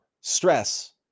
stress